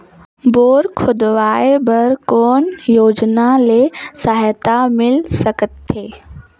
Bore खोदवाय बर कौन योजना ले सहायता मिल सकथे?